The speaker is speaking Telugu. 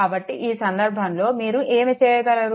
కాబట్టి ఆ సందర్భంలో మీరు ఏమి చేయగలరు